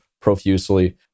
profusely